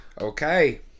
Okay